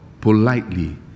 politely